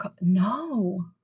no